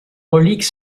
reliques